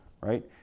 Right